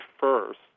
first